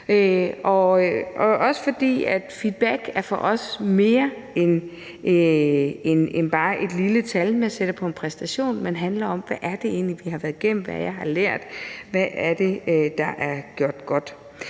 også fordi feedback for os er mere end bare et lille tal, man sætter på en præstation, men også handler om, hvad det egentlig er, man har været igennem. Hvad har jeg lært? Hvad er det, der er gjort godt?